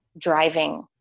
driving